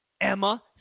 Emma